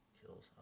kills